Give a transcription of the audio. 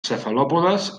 cefalòpodes